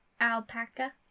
Alpaca